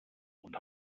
und